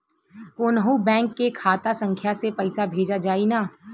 कौन्हू बैंक के खाता संख्या से पैसा भेजा जाई न?